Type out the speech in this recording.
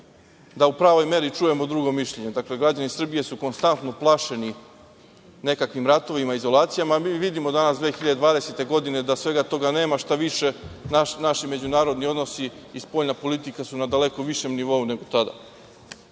da u pravoj meri čujemo drugo mišljenje. Dakle, građani Srbije su konstantno plašeni nekakvim ratovima, izolacijama, a mi vidimo danas 2020. godine da svega toga nema. Šta više, naši međunarodni odnosi i spoljna politika su na daleko višem nivou nego tada. Nije